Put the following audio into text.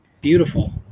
beautiful